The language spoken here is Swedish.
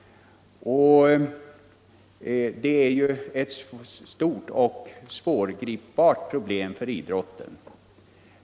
Det är ett stort och svårgripbart problem för idrotten.